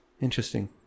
Interesting